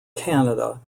canada